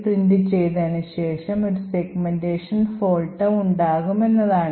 print ചെയ്തതിനുശേഷം ഒരു segmentation fault ഉണ്ടാകും എന്നതാണ്